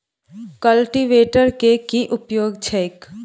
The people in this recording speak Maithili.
कल्टीवेटर केँ की उपयोग छैक?